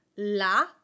la